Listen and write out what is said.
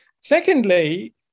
Secondly